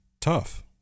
tough